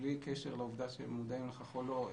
בלי קשר לעובדה שהם מודעים לכך או לא,